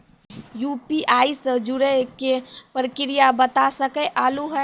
UPI से जुड़े के प्रक्रिया बता सके आलू है?